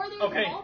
Okay